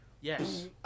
yes